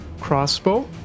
crossbow